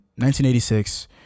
1986